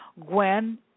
Gwen